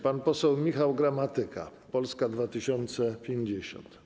Pan poseł Michał Gramatyka, Polska 2050.